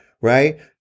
Right